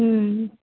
ம் ம்